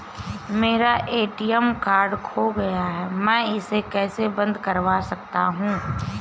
मेरा ATM card खो गया है मैं इसे कैसे बंद करवा सकता हूँ?